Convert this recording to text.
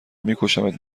میکشمت